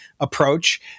approach